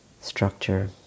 structure